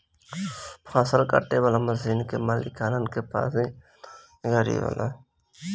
फसल काटे वाला मशीन के मालिकन के पास ही अनाज गाड़ी होला